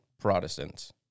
Protestants